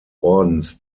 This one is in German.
ordens